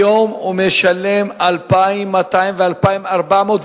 היום הוא משלם 2,200 ו-2,400,